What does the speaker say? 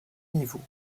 niveaux